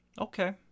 Okay